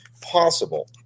possible